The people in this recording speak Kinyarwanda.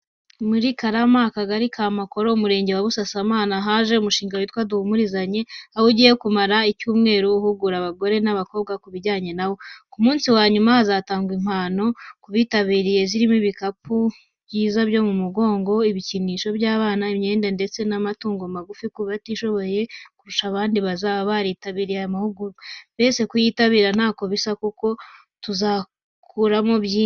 Muri Karama, Akagali ka Makoro, Umurenge wa Busasamana, haje umushinga witwa Duhumurizanye, aho ugiye kumara icyumweru uhugura abagore n’abakobwa ku bijyanye na wo. Ku munsi wa nyuma hazatangwa impano ku bitabiriye, zirimo ibikapu byiza byo mu mugongo, ibikinisho by’abana, imyenda ndetse n’amatungo magufi ku batishoboye kurusha abandi bazaba bitabiriye aya mahugurwa. Mbese kuyitabira ntako bisa, kuko tuzakuramo byinshi.